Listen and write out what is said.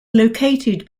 located